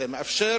זה מאפשר